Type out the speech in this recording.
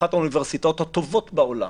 אחת האוניברסיטאות הטובות בעולם,